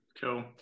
Cool